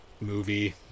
movie